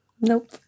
Nope